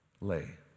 lay